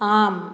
आम्